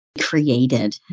created